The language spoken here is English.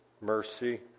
mercy